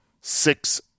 Six